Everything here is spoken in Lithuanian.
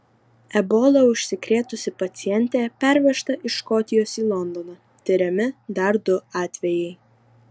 ebola užsikrėtusi pacientė pervežta iš škotijos į londoną tiriami dar du atvejai